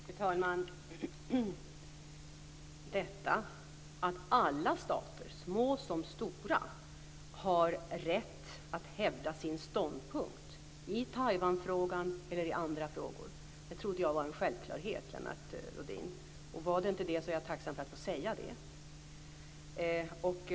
Fru talman! Detta att alla stater, små som stora, har rätt att hävda sin ståndpunkt i Taiwanfrågan eller i andra frågor trodde jag var en självklarhet, Lennart Rohdin. Var det inte så är jag tacksam över att få säga detta.